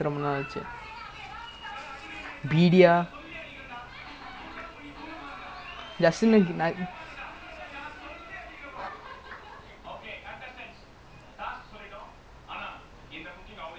ya it's just that rive brandon joshua still ஒரு தடவ பாத்தேன்:oru thadava paathaen justin பாக்கல இப்போதைக்கு:paakkala ippothaikku justin brian sorry justin brandon and err யாரு:yaaru rive பாக்கல:paakkala